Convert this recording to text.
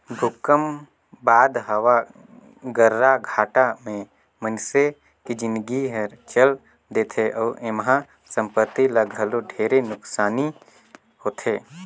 भूकंप बाद हवा गर्राघाटा मे मइनसे के जिनगी हर चल देथे अउ एम्हा संपति ल घलो ढेरे नुकसानी होथे